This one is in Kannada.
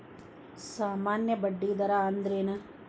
ಸಾಮಾನ್ಯ ಬಡ್ಡಿ ದರ ಅಂದ್ರೇನ?